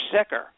sicker